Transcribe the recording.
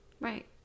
Right